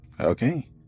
okay